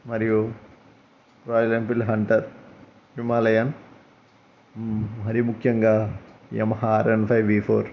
మరియు Royal Enfield Hunter Himalayan మరి ముఖ్యంగా Yamaha R one five V four